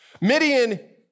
Midian